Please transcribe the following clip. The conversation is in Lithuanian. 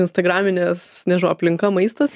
instagraminis nežinau aplinka maistas